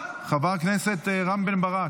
חבר הכנסת רם בן ברק.